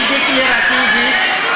אם דקלרטיבית,